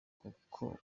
kuko